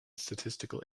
statistical